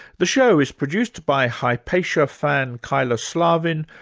the show is produced by hypatia-fan, kyla slaven,